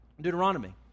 Deuteronomy